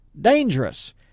Dangerous